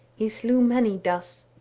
he slew many thus.